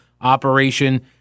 Operation